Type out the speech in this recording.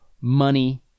money